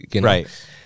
Right